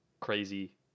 crazy